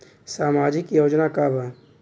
सामाजिक योजना का बा?